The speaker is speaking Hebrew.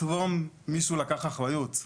טרום מישהו לקח אחריות,